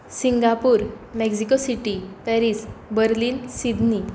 Singapore Mexico city Paris Berlin Sydney